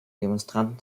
demonstranten